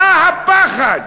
מה הפחד?